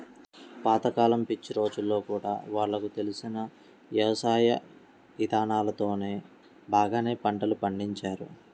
పాత కాలం పిచ్చి రోజుల్లో గూడా వాళ్లకు తెలిసిన యవసాయ ఇదానాలతోనే బాగానే పంటలు పండించారు